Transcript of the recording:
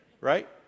right